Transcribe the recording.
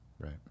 Right